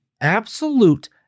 absolute